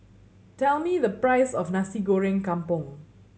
tell me the price of Nasi Goreng Kampung